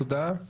תודה.